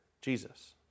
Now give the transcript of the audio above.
Jesus